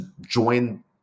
join